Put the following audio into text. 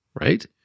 right